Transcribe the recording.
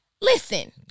listen